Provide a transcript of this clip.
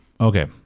Okay